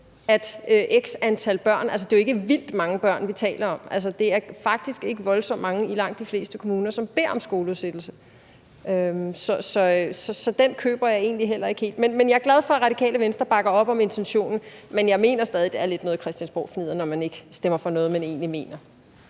at x antal børn – og det er jo ikke vildt mange børn, vi taler om, det er faktisk ikke voldsomt mange i langt de fleste kommuner, som beder om det – får skoleudsættelse. Så den køber jeg egentlig heller ikke helt. Jeg er glad for, at Radikale Venstre bakker op om intentionen, men jeg mener stadig, det lidt er noget christiansborgfnidder, når man ikke stemmer for noget, man egentlig mener.